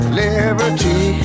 liberty